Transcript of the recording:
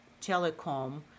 telecom